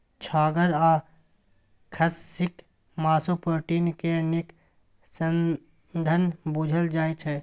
छागर आ खस्सीक मासु प्रोटीन केर नीक साधंश बुझल जाइ छै